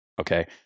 okay